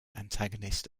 antagonist